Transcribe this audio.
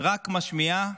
רק משמיעה